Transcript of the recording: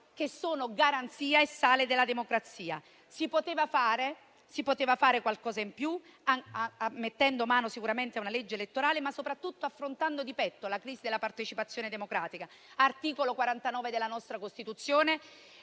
che sono garanzia e sale della democrazia. Si poteva fare qualcosa in più, mettendo mano sicuramente a una legge elettorale, ma soprattutto affrontando di petto la crisi della partecipazione democratica, di cui all'articolo 49 della nostra Costituzione;